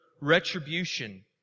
retribution